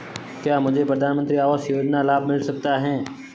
क्या मुझे प्रधानमंत्री आवास योजना का लाभ मिल सकता है?